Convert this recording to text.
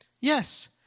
Yes